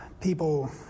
People